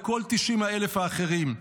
לכל 90,000 האחרים.